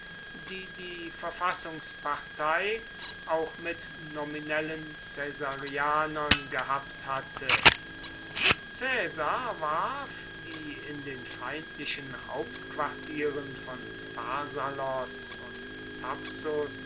die die verfassungspartei auch mit nominellen caesarianern gehabt hatte caesar warf die in den feindlichen hauptquartieren von pharsalos und thapsus